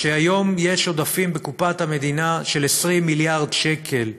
היום יש היום בקופת המדינה עודפים של 20 מיליארד שקל.